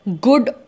good